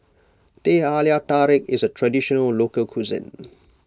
Teh Halia Tarik is a Traditional Local Cuisine